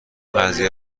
قضیه